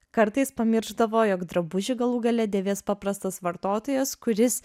kartais pamiršdavo jog drabužį galų gale dėvės paprastas vartotojas kuris